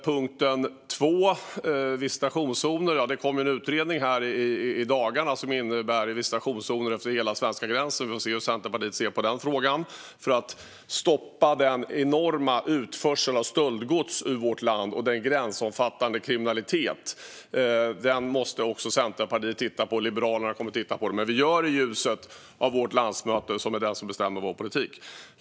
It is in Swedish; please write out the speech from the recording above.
När det gäller visitationszoner kom en utredning här i dagarna som innebär visitationszoner efter hela svenska gränsen - vi får se hur Centerpartiet ser på den frågan - för att stoppa den enorma utförsel av stöldgods ur vårt land som pågår. Den gränsöverskridande kriminalitet som finns måste också Centerpartiet titta på. Liberalerna kommer att titta på den. Men vi gör det i ljuset av vårt landsmöte som bestämmer vår politik.